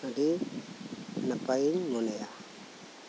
ᱟᱹᱰᱤ ᱱᱟᱯᱟᱭ ᱤᱧ ᱢᱚᱱᱮᱭᱟ